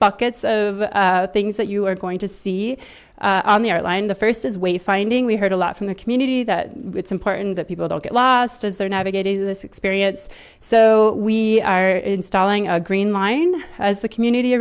buckets of things that you are going to see on the art line the first is wayfinding we heard a lot from the community that it's important that people don't get lost as they're navigating this experience so we are installing a green line as the community